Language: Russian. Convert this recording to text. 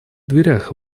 дверях